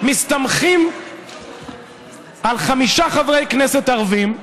מסתמכים על חמישה חברי כנסת ערבים,